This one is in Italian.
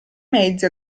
mezzi